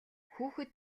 хүүхэд